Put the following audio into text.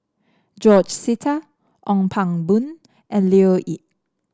George Sita Ong Pang Boon and Leo Yip